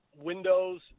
Windows